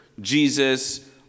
Jesus